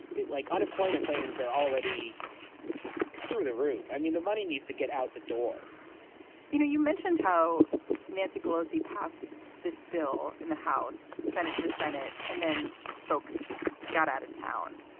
it like unemployment claims, are already through the roof. i mean, the money needs to get out the door you know, you mentioned how nancy pelosi passed this bill in the house, senate it to the senate and then folks got out of town.